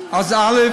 אז א.